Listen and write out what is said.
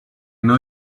know